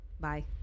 Bye